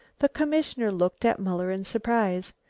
the commissioner looked at muller in surprise.